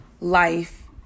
life